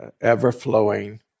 ever-flowing